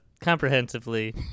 comprehensively